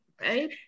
Right